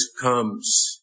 comes